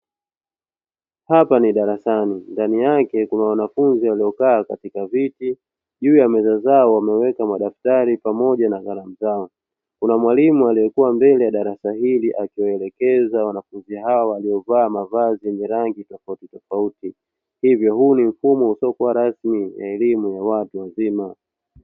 Hapa ni drasani, ndani yake kuna wanafunzi waliokaa katika viti. Juu ya meza zao wameweka madaftari pamoja na kalamu zao. Kuna mwalimu aliyekuwa mbele ya darasa hili akiwaeekeza wanafunzi hawa waliovaa mavazi yenye rangi tofautitofauti; hivyo huu ni mfumo usiokuwa rasmi wa elimu ya watu wazima.